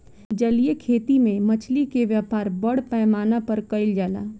जलीय खेती में मछली के व्यापार बड़ पैमाना पर कईल जाला